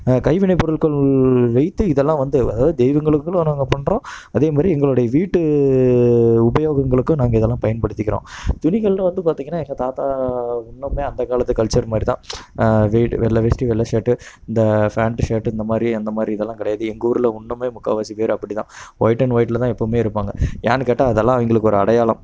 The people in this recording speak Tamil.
கைவினைப் பொருட்கள் வைத்து இதெல்லாம் வந்து அதாவது தெய்வங்களுக்குலாம் நாங்கள் பண்ணுறோம் அதேமாதிரி எங்களுடைய வீட்டு உபயோகங்களுக்கு நாங்கள் இதெல்லாம் பயன்படுத்திக்கிறோம் துணிகள்னு வந்து பார்த்திங்கனா எங்கள் தாத்தா இன்னுமே அந்தக் காலத்து கல்ச்சர் மாதிரிதான் வீடு வெள்ளை வேஷ்டி வெள்ளை சர்ட்டு இந்த ஃபேண்ட் சர்ட்டு இந்தமாதிரி அந்தமாதிரி இதெல்லாம் கிடையாது எங்கூரில் ஒன்றுமே முக்கால்வாசி பேர் அப்படிதான் ஒயிட் அண்ட் ஒயிட்டில்தான் எப்போவுமே இருப்பாங்க ஏன்னு கேட்டால் அதெல்லாம் எங்களுக்கு ஒரு அடையாளம்